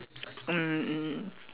mm mm